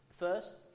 First